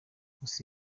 gusa